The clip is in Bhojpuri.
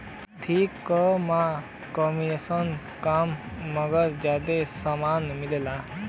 थोक में कमिसन कम मगर जादा समान मिलेला